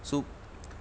so